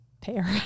pair